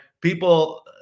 people –